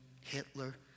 Hitler